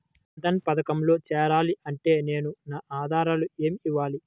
జన్ధన్ పథకంలో చేరాలి అంటే నేను నా ఆధారాలు ఏమి ఇవ్వాలి?